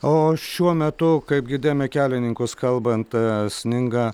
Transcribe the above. o šiuo metu kaip girdėjome kelininkus kalbant sninga